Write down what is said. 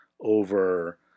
over